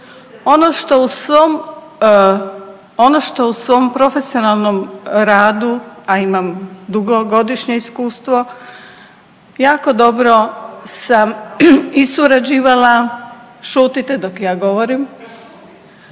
ono što u profesionalnom radu, a imam dugogodišnje iskustvo jako dobro sam i surađivala, šutite dok ja govorim